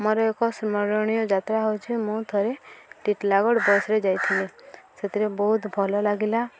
ମୋର ଏକ ସ୍ମରଣୀୟ ଯାତ୍ରା ହେଉଛିି ମୁଁ ଥରେ ଟିଟଲାଗଡ଼ ବସ୍ରେ ଯାଇଥିଲି ସେଥିରେ ବହୁତ ଭଲ ଲାଗିଲା